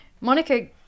Monica